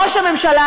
ראש הממשלה,